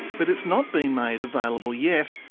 but it's not been made available yet,